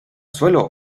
suelo